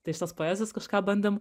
tai iš tos poezijos kažką bandėm